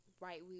right